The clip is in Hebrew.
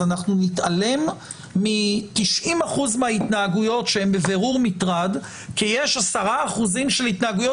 אז אנחנו נתעלם מ-90% מההתנהגויות שהן בבירור מטרד כי יש 10% של התנהגויות